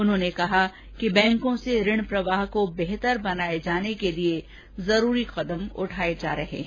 उन्होंने कहा कि बैंकों से ऋण प्रवाह को बेहतर बनाये जाने के लिए जरूरी कदम उठाये जा रहे हैं